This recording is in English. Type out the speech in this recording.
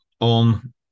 on